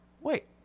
wait